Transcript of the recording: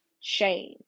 Shame